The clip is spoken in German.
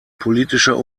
politischer